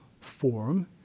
form